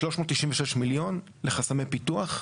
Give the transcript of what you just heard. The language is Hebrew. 396 מיליון לחסמי פיתוח,